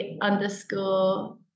underscore